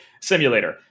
simulator